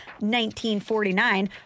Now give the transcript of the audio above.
1949